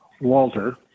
Walter